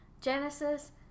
Genesis